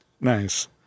Nice